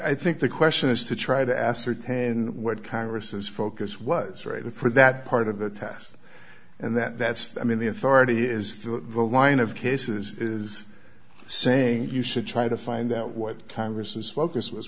i think the question is to try to ascertain what congress is focus was right for that part of the task and that's i mean the authority is that the line of cases is saying you should try to find out what congress is focus was